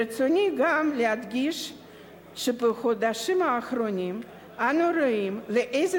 ברצוני גם להדגיש שבחודשים האחרונים אנו רואים לאיזה